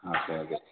ആ അതെ അതെ